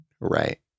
right